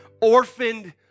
orphaned